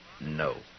no